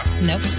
Nope